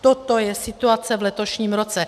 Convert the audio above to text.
Toto je situace v letošním roce.